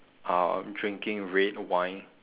um drinking red wine